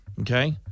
okay